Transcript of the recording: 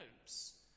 hopes